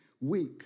weak